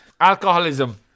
Alcoholism